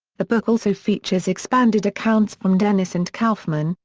the book also features expanded accounts from dennis and kaufmann,